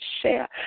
share